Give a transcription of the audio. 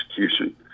execution